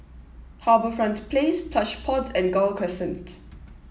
HarbourFront Place Plush Pods and Gul Crescent